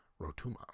Rotuma